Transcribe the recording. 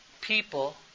people